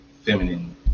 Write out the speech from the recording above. feminine